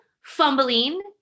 fumbling